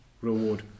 reward